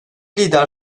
lider